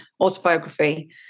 autobiography